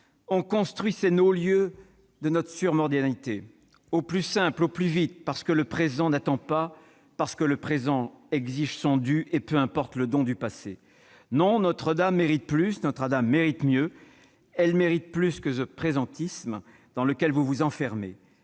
on construit ces non-lieux de notre surmodernité : au plus simple, au plus vite parce que le présent n'attend pas, exige son dû, et peu importe le don du passé ? Non, Notre-Dame mérite plus, Notre-Dame mérite mieux ! Elle mérite plus que ce « présentisme » dans lequel vous vous enfermez.